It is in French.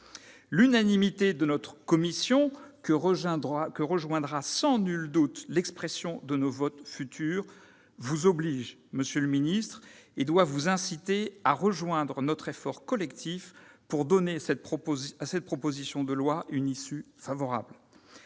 L'unanimité de notre commission, que confirmeront, sans nul doute, nos votes à venir, vous oblige, monsieur le ministre, et doit vous inciter à rejoindre notre effort collectif pour donner à cette proposition de loi une issue favorable.